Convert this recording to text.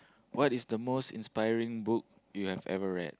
what is the most inspiring book you have ever read